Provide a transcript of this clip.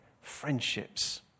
friendships